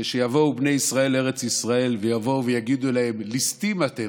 כשיבואו בני ישראל לארץ ישראל ויבואו ויגידו להם: ליסטים אתם,